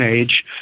age